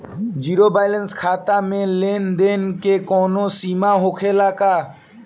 Zero balance खाता में लेन देन के कवनो सीमा होखे ला का?